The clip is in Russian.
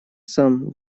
сам